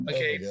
Okay